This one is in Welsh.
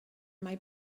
mae